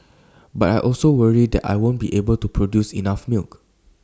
but I also worry that I won't be able to produce enough milk